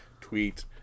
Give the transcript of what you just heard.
tweet